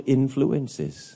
influences